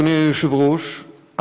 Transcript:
אדוני היושב-ראש,